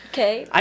Okay